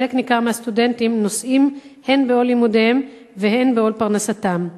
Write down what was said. חלק מהסטודנטים נושאים הן בעול לימודיהם והן בעול פרנסתם.